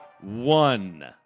one